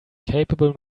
capable